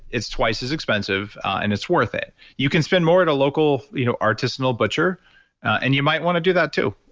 it's twice as expensive and it's worth it. you can spend more at a local you know artisanal butcher and you might want to do that, too,